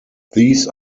these